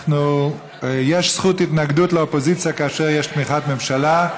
יש זכות התנגדות לאופוזיציה כאשר יש תמיכת ממשלה.